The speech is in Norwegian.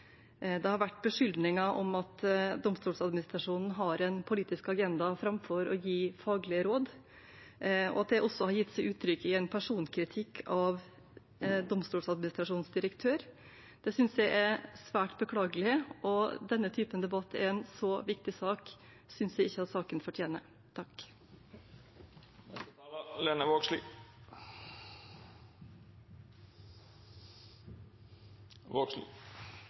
det har vært beskyldninger om at Domstoladministrasjonen har en politisk agenda framfor å gi faglige råd, og at det også har gitt seg utslag i en personkritikk av Domstoladministrasjonens direktør. Det synes jeg er svært beklagelig, og denne typen debatt, i en så viktig sak, synes jeg ikke at saken fortjener.